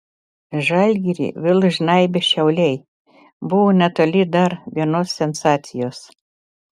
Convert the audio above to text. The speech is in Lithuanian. žalgirį vėl žnaibę šiauliai buvo netoli dar vienos sensacijos